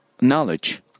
knowledge